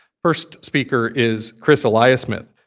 first speaker is chris eliasmith,